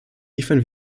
liefern